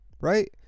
right